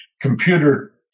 computer